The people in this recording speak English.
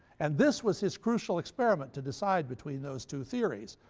and this was his crucial experiment to decide between those two theories.